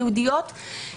ייעודיים,